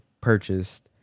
purchased